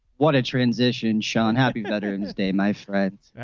what a transition. sean happy veterans day my friend.